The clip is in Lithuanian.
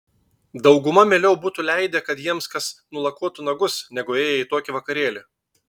dauguma mieliau būtų leidę kad jiems kas nulakuotų nagus negu ėję į tokį vakarėlį